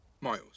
Miles